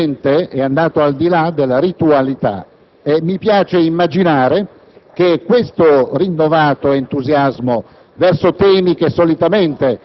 un tono che sicuramente è andato al di là della ritualità e mi piace immaginare che questo rinnovato entusiasmo